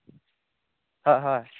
হয় হয়